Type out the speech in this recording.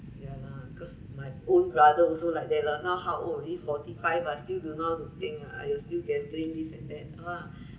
ya lah because my own brother also like that lah now how old already forty five ah still don't know how to think ah !aiyo! still gambling this and that !wah!